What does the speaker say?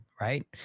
Right